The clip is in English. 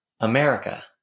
america